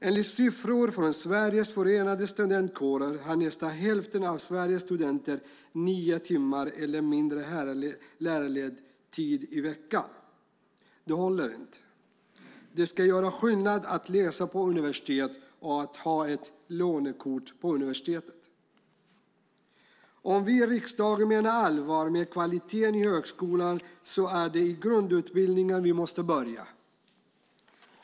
Enligt siffror från Sveriges Förenade Studentkårer har nästan hälften av Sveriges studenter nio timmar eller mindre lärarledd tid i veckan. Det håller inte. Det ska göra skillnad att läsa på universitet och ha ett lånekort på universitetet. Om vi i riksdagen menar allvar med kvaliteten i högskolan är det i grundutbildningen vi måste börja.